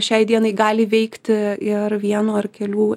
šiai dienai gali veikti ir vieno ar kelių